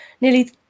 nearly